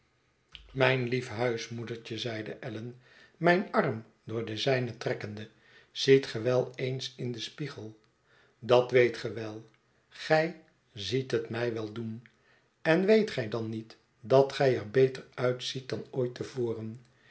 mijn lief huismoedertje zeide allan mijn arm door den zijnen trekkende ziet ge wel eens in den spiegel dat weet ge wel gij ziet het mij wel doen en weet gij dan niet dat gij er beter uitziet dan ooit